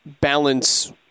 balance